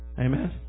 Amen